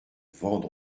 vendre